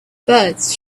birds